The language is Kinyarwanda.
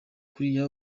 hariya